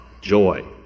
joy